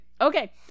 Okay